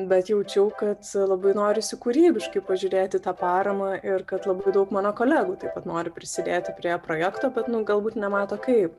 bet jaučiau kad labai norisi kūrybiškai pažiūrėt į tą paramą ir kad labai daug mano kolegų taip pat nori prisidėti prie projekto bet nu galbūt nemato kaip